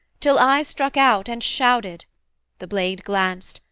till i struck out and shouted the blade glanced,